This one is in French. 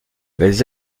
les